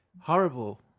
Horrible